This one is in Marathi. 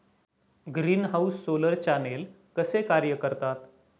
ग्रीनहाऊस सोलर चॅनेल कसे कार्य करतात?